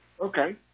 Okay